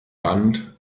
band